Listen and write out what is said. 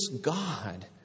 God